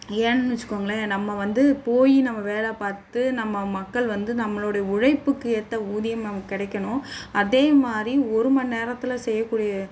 ஏன்னு வச்சுக்கோங்களேன் நம்ம வந்து போய் நம்ம வேலை பார்த்து நம்ம மக்கள் வந்து நம்மளுடைய உழைப்புக்கு ஏத்த ஊதியம் அவங்களுக்கு கிடைக்கணும் அதேமாதிரி ஒருமண் நேரத்தில் செய்யக்கூடிய